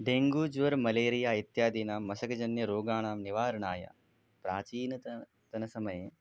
dengue ज्वरः malaria इत्यादीनां मशकजन्यरोगाणां निवारणाय प्राचीनतमसमये